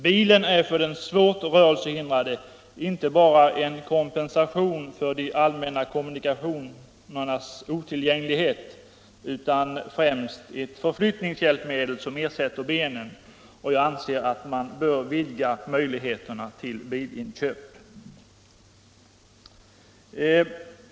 Bilen är för den svårt rörelsehindrade inte bara en kompensation för de allmänna kommunikationernas otillgänglighet, utan främst ett förflyttningshjälpmedel som ersätter benen. Jag anser att man bör vidga möjligheterna till bilinköp.